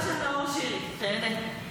המופע של נאור שירי, תיהנה.